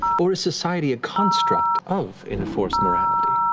or is society a construct of enforced morality?